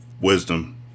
wisdom